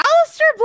Alistair